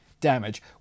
damage